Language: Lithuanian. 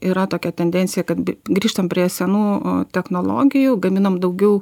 yra tokia tendencija kad grįžtam prie senų technologijų gaminam daugiau